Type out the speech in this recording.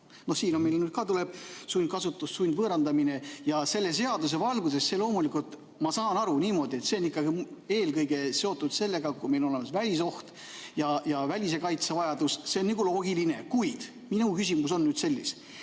siin meil nüüd ka tuleb sundkasutus, sundvõõrandamine. Ja selle seaduse valguses loomulikult ma saan aru niimoodi, et see on eelkõige seotud sellega, kui meil on olemas välisoht ja välise kaitse vajadus. See on nagu loogiline. Kuid minu küsimus on selline: